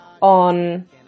on